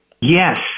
Yes